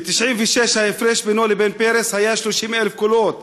ב-1996 ההפרש בינו ובין פרס היה 30,000 קולות,